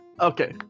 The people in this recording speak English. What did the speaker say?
okay